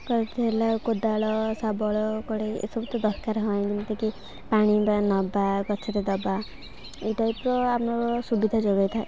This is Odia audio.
ହେଲା କୋଦାଳ ଶାବଳ କୋଡ଼େଇ ଏସବୁ ତ ଦରକାର ହୁଏ ଯେମିତିକି ପାଣି ବା ନେବା ଗଛରେ ଦେବା ଏଇ ଟାଇପ୍ର ଆମର ସୁବିଧା ଯୋଗାଇଥାଏ